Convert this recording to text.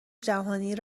جهانی